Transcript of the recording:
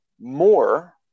more